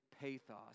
pathos